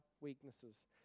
weaknesses